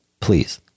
please